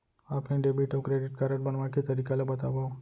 Offline debit अऊ credit card बनवाए के तरीका ल बतावव?